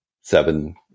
seven